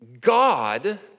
God